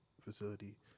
facility